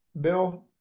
Bill